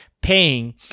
paying